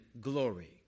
glory